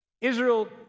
Israel